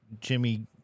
Jimmy